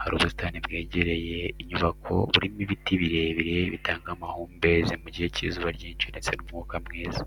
hari ubusitani bwegereye inyubako burimo ibiti birebire bitanga amahumbezi mu gihe cy'izuba ryinshi ndetse n'umwuka mwiza.